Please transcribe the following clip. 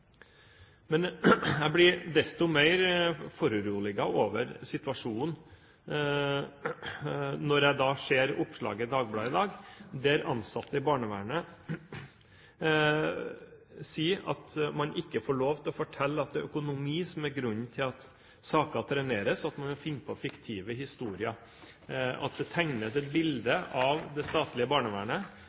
Men jeg blir desto mer foruroliget over situasjonen når jeg ser oppslaget i Dagbladet i dag, der ansatte i barnevernet sier at man ikke får lov til å fortelle at det er økonomi som er grunnen til at sakene treneres, at man må finne på fiktive historier, og at det tegnes et bilde av det statlige barnevernet